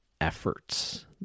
efforts